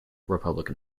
republican